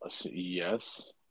Yes